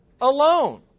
alone